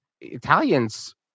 Italians